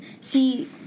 see